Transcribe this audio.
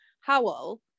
Howell